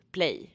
Play